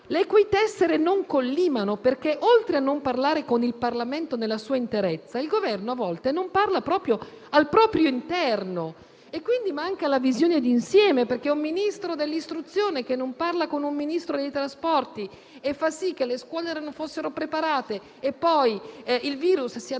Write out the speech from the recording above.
le cui tessere non collimano, perché, oltre a non parlare con il Parlamento nella sua interezza, il Governo a volte non parla neanche al proprio interno; quindi manca una visione di insieme. Un Ministro dell'istruzione che non parla con il Ministro dei trasporti e fa sì che le scuole non fossero preparate e che il virus si sia